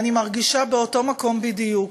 אני מרגישה באותו מקום בדיוק: